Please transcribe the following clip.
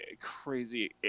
crazy